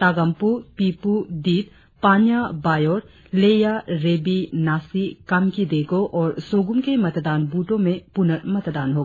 तागामपु पिप्र दित पानिया बायोर लेया रेबी नासी कामकी देगों और सोगुम के मतदान बूथों में पुर्नमतदान होगा